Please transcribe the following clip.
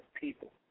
people